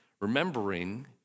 Remembering